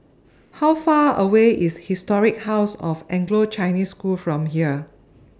How Far away IS Historic House of Anglo Chinese School from here